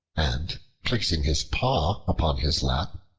and placing his paw upon his lap,